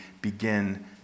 begin